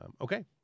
Okay